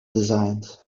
designs